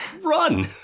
run